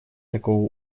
такого